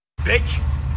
bitch